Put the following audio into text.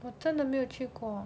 我真的没有去过